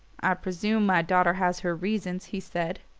presume my daughter has her reasons, he said,